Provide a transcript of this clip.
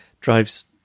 drives